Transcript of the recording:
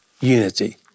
unity